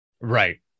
Right